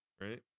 Right